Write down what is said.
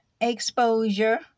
exposure